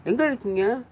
எங்கே இருக்கீங்க